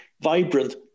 vibrant